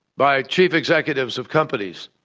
by chief executives of companies,